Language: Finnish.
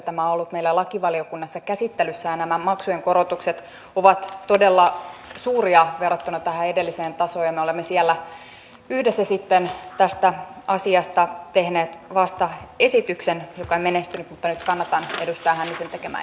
tämä on ollut meillä lakivaliokunnassa käsittelyssä ja nämä maksujen korotukset ovat todella suuria verrattuna tähän edelliseen tasoon ja me olemme siellä yhdessä sitten tästä asiasta tehneet vastaesityksen joka ei menestynyt mutta nyt kannatan edustaja hännisen tekemää esitystä